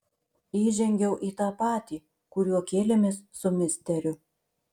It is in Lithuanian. įžengiau į tą patį kuriuo kėlėmės su misteriu